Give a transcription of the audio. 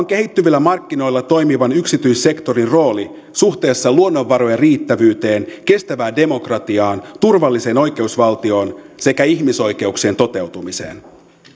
kehittyvillä markkinoilla toimivan yksityissektorin rooli suhteessa luonnonvarojen riittävyyteen kestävään demokratiaan turvalliseen oikeusvaltioon sekä ihmisoikeuksien toteutumiseen